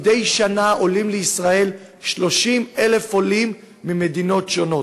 מדי שנה עולים לישראל 30,000 עולים ממדינות שונות.